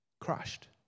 Crushed